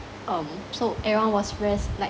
um so everyone was rest like